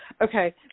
Okay